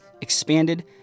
expanded